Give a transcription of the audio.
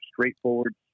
straightforward